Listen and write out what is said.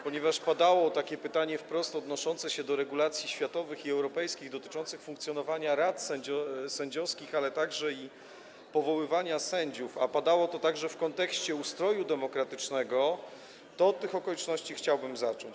Ponieważ padło pytanie wprost odnoszące się do regulacji światowych i europejskich dotyczących funkcjonowania rad sędziowskich, ale także powoływania sędziów, a padło to także w kontekście ustroju demokratycznego, to od tych okoliczności chciałbym zacząć.